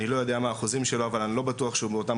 אני לא יודע מה האחוזים שלו אבל אני לא בטוח שהוא באותם